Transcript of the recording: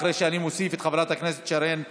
אחרי שאני מוסיף את חברת הכנסת שרן השכל.